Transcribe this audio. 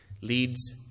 leads